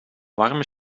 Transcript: warme